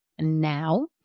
now